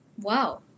Wow